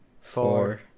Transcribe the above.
four